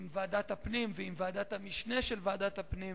עם ועדת הפנים ועם ועדת המשנה של ועדת הפנים